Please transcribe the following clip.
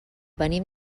venim